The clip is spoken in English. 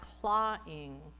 clawing